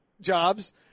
jobs